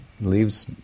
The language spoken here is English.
leaves